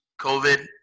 COVID